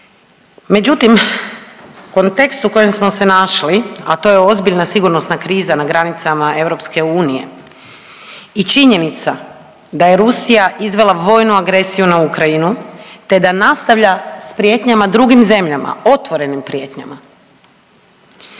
Međutim, kontekst u kojem smo se našli, a to je ozbiljna sigurnosna kriza na granicama EU i činjenica da je Rusija izvela vojnu agresiju na Ukrajinu te da nastavlja s prijetnjama drugim zemljama, otvorenim prijetnjama,